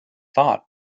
thought